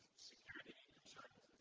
security concerns.